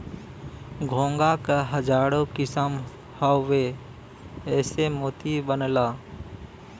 घोंघा क हजारो किसम हउवे एसे मोती बनला